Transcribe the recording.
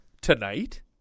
tonight